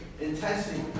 intensity